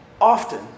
Often